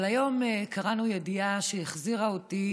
אבל היום קראנו ידיעה שהחזירה אותי